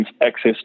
access